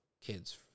kids